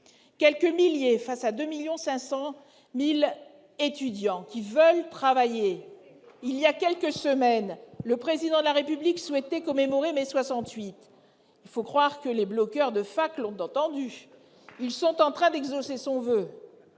Quelques milliers face à 2,5 millions d'étudiants qui veulent travailler ! Il y a quelques semaines, le Président de la République souhaitait commémorer Mai 68. Il faut croire que les bloqueurs de facultés l'ont entendu, car ils sont en train d'exaucer son voeu.